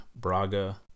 Braga